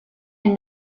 and